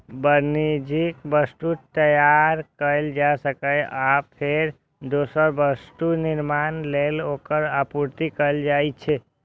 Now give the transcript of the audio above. वाणिज्यिक वस्तु तैयार कैल जाइ छै, आ फेर दोसर वस्तुक निर्माण लेल ओकर आपूर्ति कैल जाइ छै